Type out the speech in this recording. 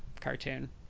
cartoon